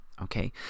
Okay